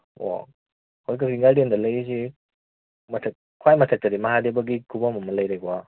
ꯑꯣ ꯑꯩꯈꯣꯏ ꯀꯛꯆꯤꯡ ꯒꯥꯔꯗꯦꯟꯗ ꯂꯩꯔꯤꯁꯤ ꯃꯊꯛ ꯈ꯭ꯋꯥꯏ ꯃꯊꯛꯇꯗꯤ ꯃꯍꯥꯗꯦꯕꯒꯤ ꯈꯨꯕꯝ ꯑꯃ ꯂꯩꯔꯦꯀꯣ